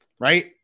Right